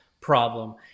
problem